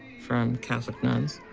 from catholic nuns.